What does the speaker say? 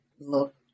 look